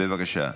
בבקשה.